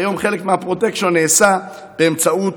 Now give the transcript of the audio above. היום חלק מהפרוטקשן נעשה באמצעות